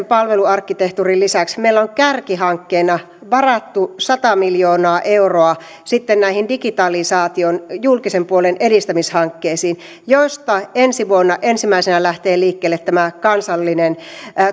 palveluarkkitehtuurin lisäksi meillä on sitten kärkihankkeena varattu sata miljoonaa euroa näihin digitalisaation julkisen puolen edistämishankkeisiin joista ensi vuonna ensimmäisenä lähtee liikkeelle tämä kansallinen